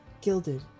Gilded